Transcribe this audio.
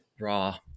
raw